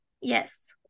Yes